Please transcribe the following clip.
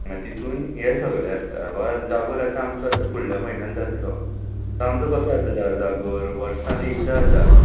मागीर तितून हे सगले आसता वा जागोर आतां आमचो फुडल्या म्हयन्यान जातलो तो आमचो कसो जाता जागोर वर्सान एकदां जाता